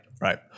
Right